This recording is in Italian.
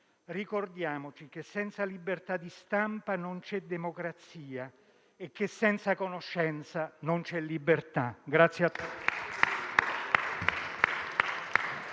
ricordiamoci che, senza libertà di stampa, non c'è democrazia e che, senza conoscenza, non c'è libertà.